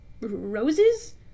Roses